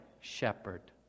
shepherd